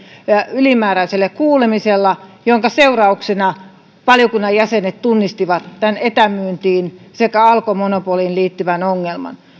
ylimääräisellä kuulemisella minkä seurauksena valiokunnan jäsenet tunnistivat tämän etämyyntiin sekä alkon monopoliin liittyvän ongelman